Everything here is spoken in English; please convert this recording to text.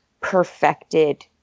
perfected